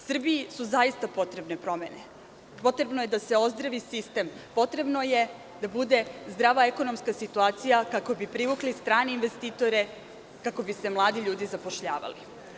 Srbiji su zaista potrebne promene, potrebno je da se ozdravi sistem, potrebno je da bude zdrava ekonomska situacija kako bi privukli strane investitore, kako bi se mladi ljudi zapošljavali.